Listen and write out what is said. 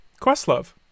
Questlove